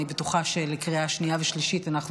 אני בטוחה שלקריאה שנייה ושלישית אנחנו